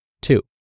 Two